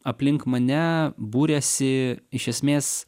aplink mane būriasi iš esmės